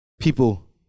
People